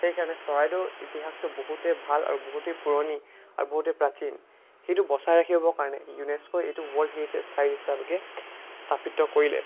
সেই কাৰণে চৰাইদেউৰ ইতিহাসটো বহুতেই ভাল আৰু বহুতেই পুৰণি আৰু বহুতেই প্ৰাচীন সেইটো বচাই ৰাখিব কাৰণে ইউনেস্ক'ই এইটো ৱৰ্ল্ড হেৰিটেজ ছাইট হিচাপে স্থাপিত কৰিলে